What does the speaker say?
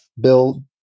Bill